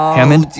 Hammond